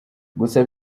gusa